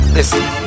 Listen